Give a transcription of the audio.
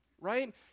right